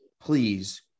please